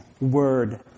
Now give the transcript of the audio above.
word